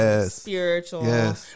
spiritual